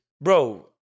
Bro